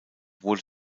wurde